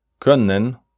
können